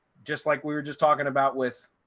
just like we were just talking about with